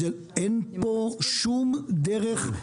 אין פה שום דרך,